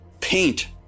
paint